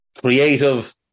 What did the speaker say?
Creative